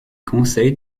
conseille